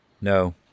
No